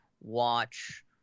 watch